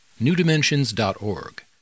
newdimensions.org